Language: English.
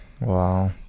Wow